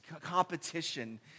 competition